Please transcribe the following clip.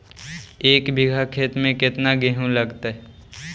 एक बिघा खेत में केतना गेहूं लगतै?